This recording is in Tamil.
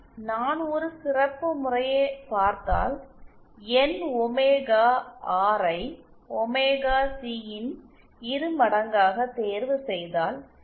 நான் ஒரு சிறப்பு முறையை பார்த்தால் என் ஒமேகா ஆர்ஐ ஒமேகா சின் இரு மடங்காக தேர்வு செய்தால்